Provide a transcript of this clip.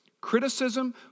Criticism